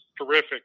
terrific